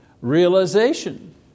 realization